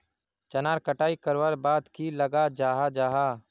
चनार कटाई करवार बाद की लगा जाहा जाहा?